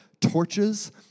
torches